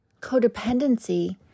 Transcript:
codependency